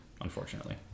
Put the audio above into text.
Unfortunately